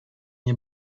nie